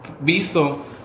visto